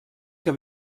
que